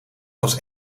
was